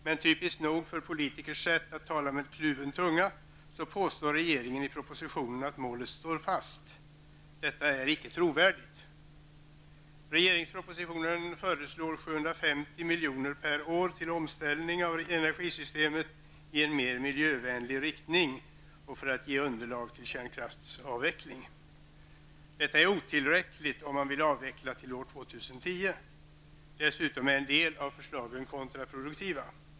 Men typiskt nog för politikers sätt att tala med kluven tunga så påstår regeringen i propositionen att målet står fast. Detta är inte trovärdigt. I propositionen föreslås 750 miljoner per år till omställning av energisystemet i en mer miljövänlig riktning och för att ge underlag att avskaffa kärnkraften. Detta är otillräckligt om man vill avveckla till år 2010. Dessutom är en del av förslagen kontraproduktiva.